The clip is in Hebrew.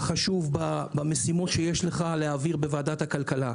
חשוב במשימות שיש לך להעביר בוועדת הכלכלה,